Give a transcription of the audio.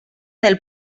del